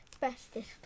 bestest